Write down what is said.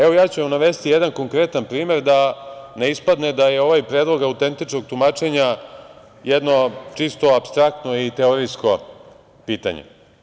Evo, ja ću vam navesti jedan konkretan primer da ne ispadne da je ovaj predlog autentičnog tumačenja jedno čisto apstraktno i teorijsko pitanje.